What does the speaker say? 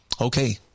okay